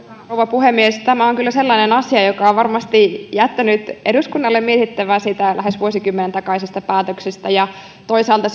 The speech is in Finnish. puhemies tämä on kyllä sellainen asia joka on varmasti jättänyt eduskunnalle mietittävää siitä lähes vuosikymmenen takaisesta päätöksestä ja toisaalta